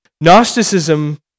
Gnosticism